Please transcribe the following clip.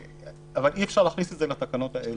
אבל אי-אפשר להכניס את זה לתקנות האלה.